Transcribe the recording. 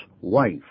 wife